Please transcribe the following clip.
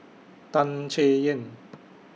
Tan Chay Yan